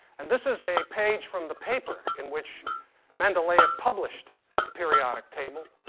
and this is a page from the paper in which mendeleyev published the periodic table.